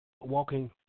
walking